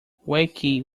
wakey